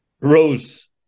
rose